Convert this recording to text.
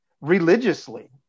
religiously